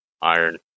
iron